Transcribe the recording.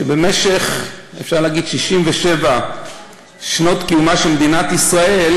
ב-67 שנות קיומה של מדינת ישראל,